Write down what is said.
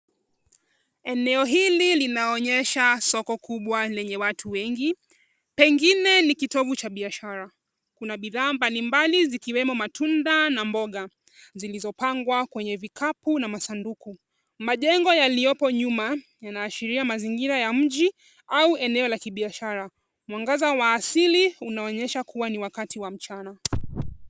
Eneo hili linaonyesha soko kubwa lenye watu wengi, pengine ni kitovu cha biashara. Kuna bidhaa mbalimbali zikiwemo matunda na mboga zilizopangwa kwenye vikapu na masanduku. Majengo yaliyopo nyuma yanaashiria mazingira ya mji au eneo la kibiashara. Mwangaza wa asili unaonyesha kuwa ni wakati wa mchana.